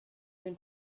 dem